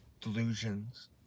delusions